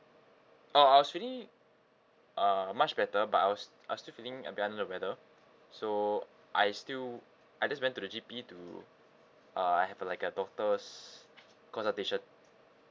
oh I was feeling uh much better but I was I was still feeling a bit under the weather so I still I just went to the G_P to uh I have a like a doctor's consultation